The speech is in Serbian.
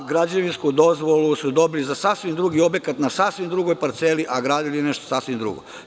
Građevinsku dozvolu su dobili za sasvim drugi objekata, na sasvim drugoj parceli, a gradili nešto sasvim drugo.